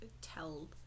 tell